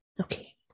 Okay